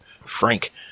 Frank